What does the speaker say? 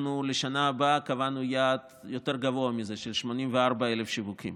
לשנה הבאה קבענו יעד גבוה מזה, של 84,000 שיווקים.